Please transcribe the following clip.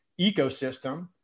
ecosystem